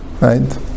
right